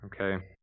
Okay